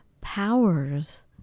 powers